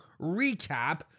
recap